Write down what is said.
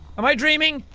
am i dreaming?